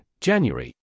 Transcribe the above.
January